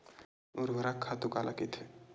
ऊर्वरक खातु काला कहिथे?